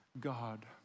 God